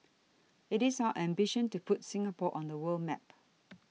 it is our ambition to put Singapore on the world map